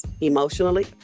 emotionally